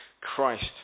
Christ